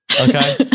Okay